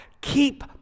keep